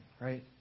right